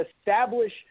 establish